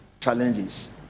challenges